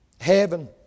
Heaven